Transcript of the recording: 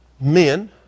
men